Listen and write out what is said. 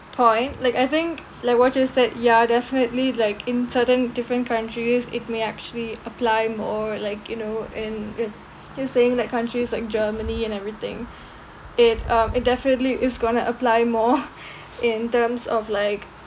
point like I think like what you said yeah definitely like in certain different countries it may actually apply more like you know and you're saying that countries like germany and everything it uh it definitely is gonna apply more in terms of like